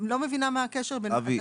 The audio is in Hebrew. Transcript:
אני לא מבינה מה הקשר בין התקנות.